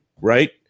right